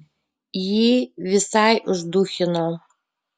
jį visai užduchino